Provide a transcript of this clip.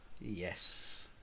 yes